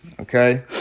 okay